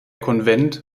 konvent